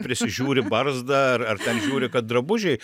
prisižiūri barzdą ar ar ten žiūri kad drabužiai